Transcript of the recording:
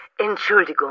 Entschuldigung